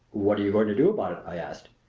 what are you going to do about it? i asked.